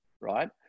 right